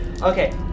Okay